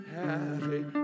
Happy